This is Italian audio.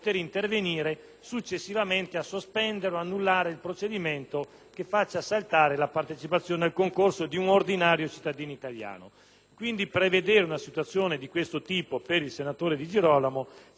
che faccia saltare la partecipazione al concorso di un ordinario cittadino italiano. Quindi, prevedere una situazione di questo tipo per il senatore Di Girolamo ci pare quantomeno assolutamente fuori dalle norme costituzionali.